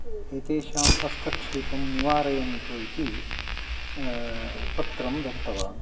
एतेषां हस्तक्षेपं निवारयन्तु इति पत्रं दत्तवान्